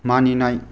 मानिनाय